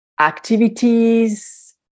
activities